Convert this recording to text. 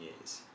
years